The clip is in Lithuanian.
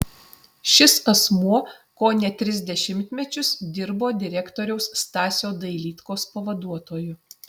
šis asmuo kone tris dešimtmečius dirbo direktoriaus stasio dailydkos pavaduotoju